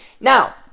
Now